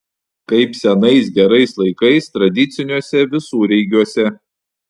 kaip senais gerais laikais tradiciniuose visureigiuose